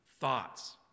thoughts